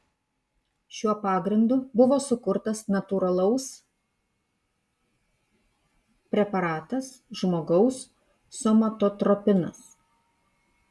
šiuo pagrindu buvo sukurtas natūralaus preparatas žmogaus somatotropinas